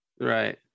Right